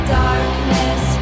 darkness